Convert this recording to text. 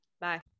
Bye